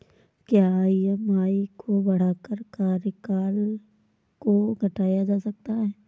क्या ई.एम.आई को बढ़ाकर कार्यकाल को घटाया जा सकता है?